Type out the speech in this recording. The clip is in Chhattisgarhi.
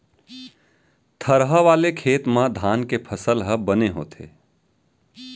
थरहा वाले खेत म धान के फसल ह बने होथे